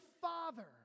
Father